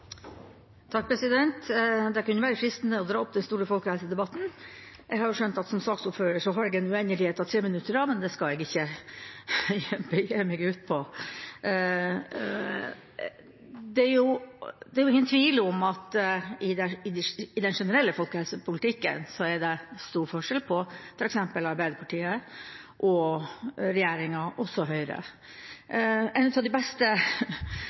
Det kunne være fristende å dra opp den store folkehelsedebatten – jeg har jo skjønt at jeg som saksordfører har uendelig med treminuttere – men det skal jeg ikke begi meg ut på. Det er ingen tvil om at det i den generelle folkehelsepolitikken er stor forskjell på f.eks. Arbeiderpartiet og regjeringa, også Høyre. En av de beste